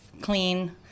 clean